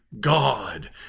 God